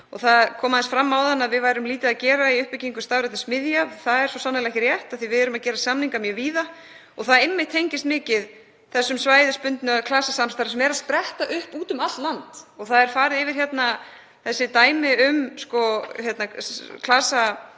Það kom fram áðan að við værum lítið að gera í uppbyggingu stafrænna smiðja. Það er svo sannarlega ekki rétt af því að við erum að gera samninga mjög víða og það tengist einmitt mikið svæðisbundnu klasasamstarfi sem er að spretta upp úti um allt land. Farið er yfir þessi dæmi um klasasamstarf